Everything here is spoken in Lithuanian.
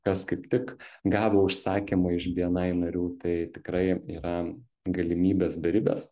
kas kaip tik gavo užsakymą iš bni narių tai tikrai yra galimybės beribės